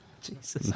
Jesus